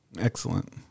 Excellent